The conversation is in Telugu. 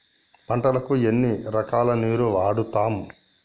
పంటలకు ఎన్ని రకాల నీరు వాడుతం?